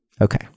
Okay